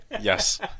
Yes